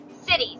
cities